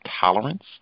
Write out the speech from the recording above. tolerance